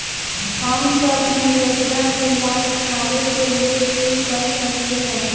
हम सब ई योजना के लाभ उठावे के लेल की कर सकलि ह?